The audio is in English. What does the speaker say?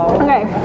Okay